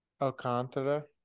Alcantara